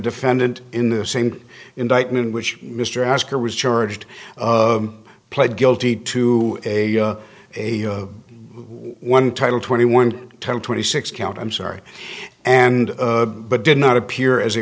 defendant in the same indictment which mr asker was charged pled guilty to a a one title twenty one twenty six count i'm sorry and but did not appear as a